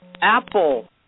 Apple